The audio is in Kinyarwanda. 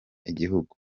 igihugu